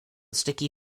sticky